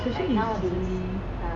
especially nowadays